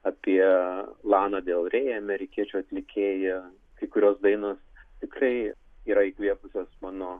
apie laną del rei amerikiečių atlikėją kai kurios dainos tikrai yra įkvėpusios mano